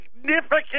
significant